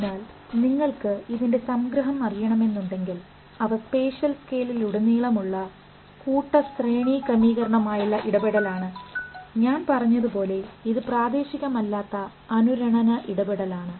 അതിനാൽ നിങ്ങൾക്ക് ഇതിൻറെ സംഗ്രഹം അറിയണമെന്നുണ്ടെങ്കിൽ അവ സ്പേഷ്യൽ സ്കെയിലിലുടനീളം ഉള്ള കൂട്ട ശ്രേണിക്രമീകരണമായുള്ള ഇടപെടലാണ് ഞാൻ പറഞ്ഞതുപോലെ ഇത് പ്രാദേശികമല്ലാത്ത അനുരണന ഇടപെടലാണ്